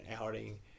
outing